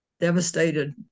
Devastated